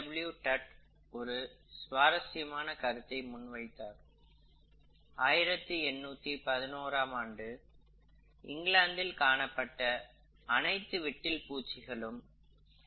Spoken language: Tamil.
இதில் இருந்து சுமார் 50 வருடங்களில் தொழில் புரட்சி நடந்த காலத்தில் தோன்றிய கருமைநிற விட்டில் பூச்சிகள் நேச்சுரல் செலக்சனிற்கு ஒரு சிறந்த எடுத்துக்கட்டாக திகழ்ந்தது